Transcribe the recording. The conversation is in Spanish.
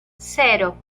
cero